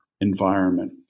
environment